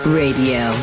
radio